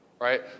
Right